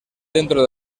dentro